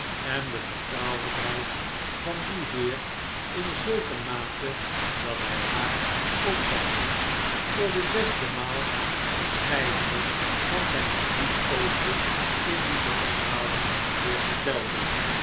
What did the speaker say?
en de vertrouwelijkheid van dien heer in zulk een mate dat hij haar op zijn minst voor de zesde maal verscheidene van zijn geliefkoosde indische verhalen weer vertelde